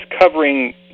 covering